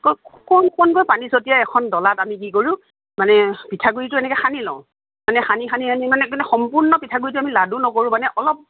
অকণ অকণ কৈ পানী ছটিয়াই এখন ডলাত আমি কি কৰোঁ মানে পিঠা গুৰিটো এনেকৈ সানি লওঁ মানে সানি সানি সানি মানে সম্পূৰ্ণ পিঠীগুৰিটো আমি লাডু নকৰো মানে অলপ